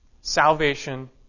Salvation